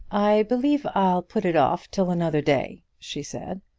i believe i'll put it off till another day, she said.